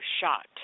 shot